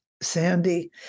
Sandy